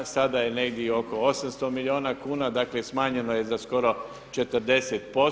Sada je negdje oko 800 milijuna kuna, dakle smanjeno je za skoro 40%